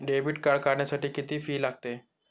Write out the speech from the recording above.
Debit card काढण्यासाठी किती fee लागते?